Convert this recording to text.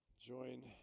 Join